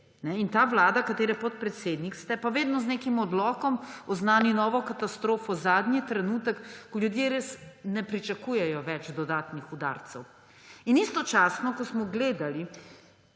ta vlada, katere podpredsednik ste, pa vedno z nekim odlokom oznani novo katastrofo zadnji trenutek, ko ljudje res ne pričakujejo več dodatnih udarcev. In istočasno, ko smo gledali